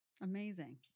Amazing